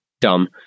dumb